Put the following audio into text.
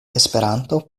esperanto